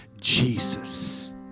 Jesus